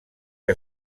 que